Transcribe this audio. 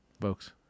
folks